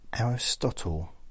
Aristotle